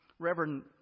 Reverend